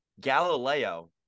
Galileo